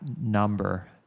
number